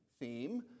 theme